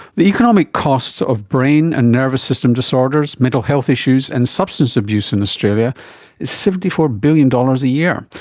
the economic cost of brain and nervous system disorders, mental health issues and substance abuse in australia is seventy four billion dollars a year,